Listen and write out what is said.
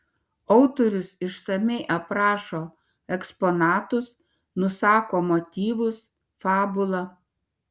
autorius išsamiai aprašo eksponatus nusako motyvus fabulą